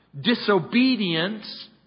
disobedience